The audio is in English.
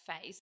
phase